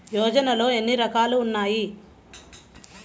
యోజనలో ఏన్ని రకాలు ఉన్నాయి?